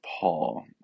Paul